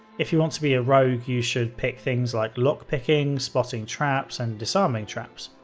if you want to be a rogue, you should pick things like lockpicking spotting traps, and disarming traps.